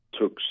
took